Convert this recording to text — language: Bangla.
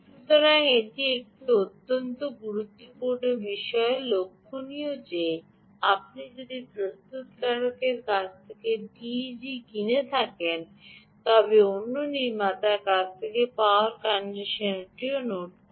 সুতরাং এটি অন্য একটি গুরুত্বপূর্ণ বিষয় লক্ষণীয় যে আপনি যদি প্রস্তুতকারকের কাছ থেকে টিইজি কিনে থাকেন তবে অন্য নির্মাতার কাছ থেকে পাওয়ার কন্ডিশনারটিও নোট করুন